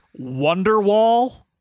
Wonderwall